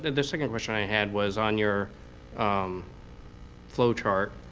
the second question i had was on your flow chart.